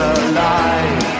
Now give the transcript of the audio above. alive